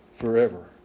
forever